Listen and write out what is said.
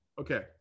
Okay